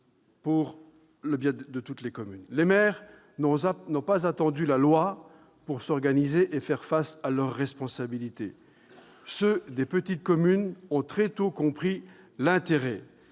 pour le bien de toutes les communes. Les maires n'ont pas attendu la loi pour s'organiser et faire face à leurs responsabilités. Ceux des petites communes ont très tôt compris l'intérêt